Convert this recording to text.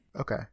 Okay